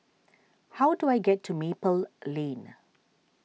how do I get to Maple Lane